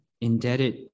indebted